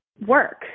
work